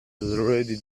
already